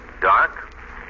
Dark